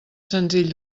senzill